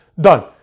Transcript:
done